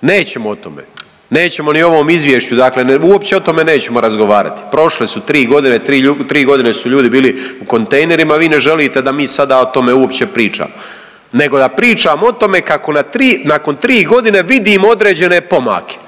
Nećemo o tome. Nećemo ni o ovom izvješću. Dakle, uopće nećemo o tome razgovarati. Prošle su tri godine, tri godine su ljudi bili u kontejnerima, vi ne želite da mi sada o tome uopće pričamo nego da pričam o tome kako nakon tri godine vidim određene pomake.